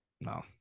No